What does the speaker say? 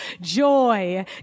joy